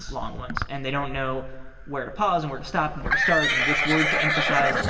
long ones. and they don't know where to pause and where to stop and where to start and which word to emphasize.